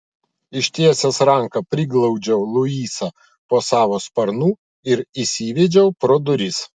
ištiesęs ranką priglaudžiau luisą po savo sparnu ir įsivedžiau pro duris